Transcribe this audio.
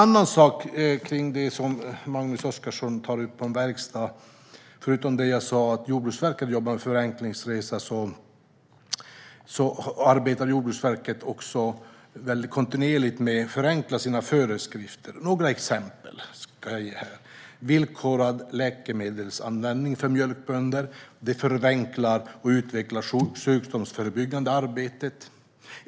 Vad gäller det Magnus Oscarsson tar upp om verkstad jobbar Jordbruksverket, förutom med Förenklingsresan, kontinuerligt med att förenkla sina föreskrifter. Låt mig ge några exempel. Villkorad läkemedelsanvändning för mjölkbönder förenklar och utvecklar det sjukdomsförebyggande arbetet.